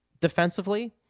defensively